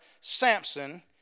Samson